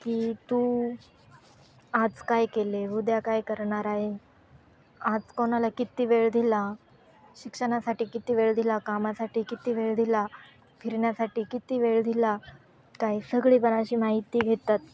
की तू आज काय केले उद्या काय करणार आहे आज कोणाला किती वेळ दिला शिक्षणासाठी किती वेळ दिला कामासाठी किती वेळ दिला फिरण्यासाठी किती वेळ दिला काय सगळीपण अशी माहिती घेतात